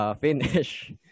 Finish